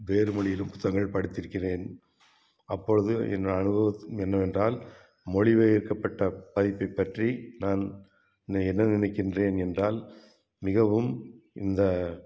வேறு மொழியிலும் புத்தங்கள் படித்திருக்கிறேன் அப்பொழுது என் அனுபவத் என்னவென்றால் மொழிப்பெயர்க்கப்பட்ட பதிப்பை பற்றி நான் நி என்ன நினைக்கின்றேன் என்றால் மிகவும் இந்த